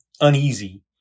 uneasy